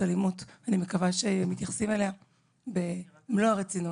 אלימות ואני מקווה שמתייחסים אליה במלוא הרצינות.